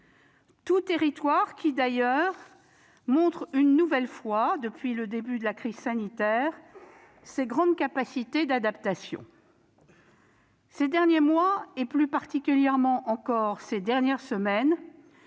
des territoires qui montrent d'ailleurs une nouvelle fois, depuis le début de la crise sanitaire, cette grande capacité d'adaptation. Ces derniers mois, plus particulièrement encore ces dernières semaines,